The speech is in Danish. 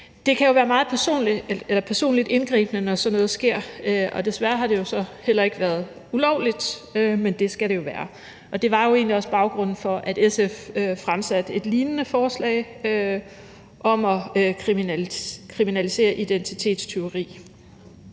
Det kan jo være meget personligt indgribende, når sådan noget sker, og desværre har det så heller ikke været ulovligt, men det skal det være. Det var jo egentlig også baggrunden for, at SF fremsatte et lignende forslag om at kriminalisere identitetstyveri.